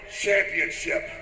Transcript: championship